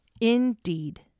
Indeed